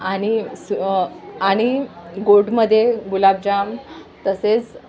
आणि सु आणि गोडमध्ये गुलाबजाम तसेच